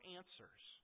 answers